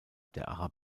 der